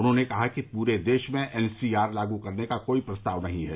उन्होंने कहा कि पूरे देश में एन आर सी लागू करने का कोई प्रस्ताव नहीं है